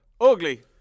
Ugly